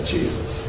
Jesus